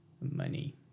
money